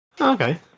Okay